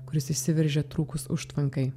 kuris išsiveržė trūkus užtvankai